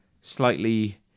slightly